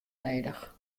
nedich